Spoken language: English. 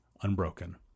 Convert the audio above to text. unbroken